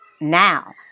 now